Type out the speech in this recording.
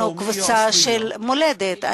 אנחנו קבוצה של מולדת.